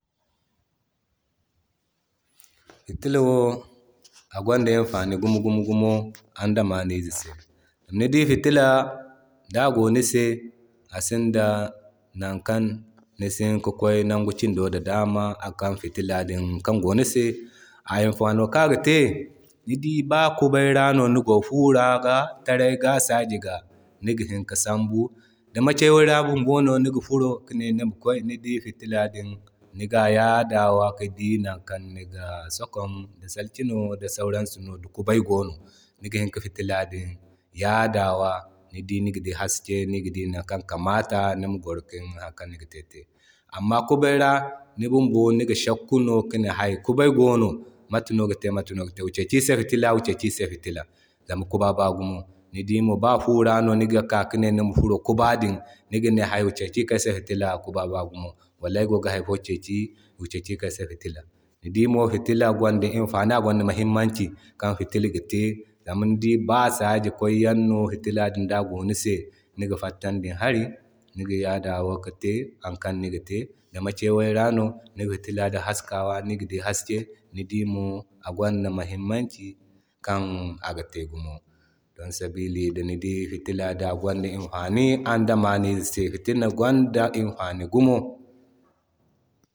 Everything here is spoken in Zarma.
Fitila wo agwanda imfani gumo-gumo andamanize se. Ni dii fitala da agono ni se asinda nan kaŋ nisi hini ki kway. Nangu kin do din da dama akan fitila din kaŋ go ni se. A imfano kan aga te ni dii ba kubay ra no nigo furo ga wala taray ga saji niga hini ka sambu. Ni dii makewayi ra bumbo no niga furo kine nima kway ni dii fitila din niga yadawa ki di nankan niga sankom di sarki no da sauran su no. Ni di kubay gono niga hini ka fitila din yadawa ni dii niga di haske niga di nankan kamata nima gwaro ki te har kan niga te. Amma kubay ra ni bumbo niga shakkunno kine hay kubay goono matano ni gite mata no ni gite. Wu ceci irise fitila wu keki iri se fitila wo keki irise fitila zama kuba baa gumo wallahi ay gogi hayfowu keki, Wu keki ki kande ay se filla. Ni dii mo fitila wanda amfani agwan da muhimmanci kan fitala ga zama ni dii ba saji kwayan no fitala din da go ni se niga fattan di ni hari niga yadin ka te hari kan niga te. Di makewayi ra no niga fitila haskawa niga dii haske. Ni dii mo agwanda muhimmanci kan aga te gumo don sabili da ni dii fitila din agwanda imfani andamanize se fitila gwanda imfani gumo.